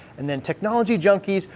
and then technology junkies,